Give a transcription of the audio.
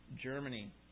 Germany